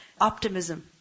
Optimism